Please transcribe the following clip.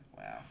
Wow